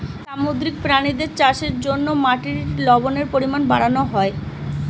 সামুদ্রিক প্রাণীদের চাষের জন্যে মাটির লবণের পরিমাণ বাড়ানো হয়